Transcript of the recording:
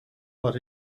what